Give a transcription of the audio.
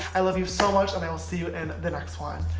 i love you so much and i will see you in the next one,